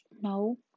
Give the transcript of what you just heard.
No